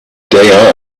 day